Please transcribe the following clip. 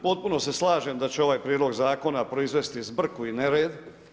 Potpuno se slažem da će ovaj prijedlog zakona proizvesti zbrku i nered.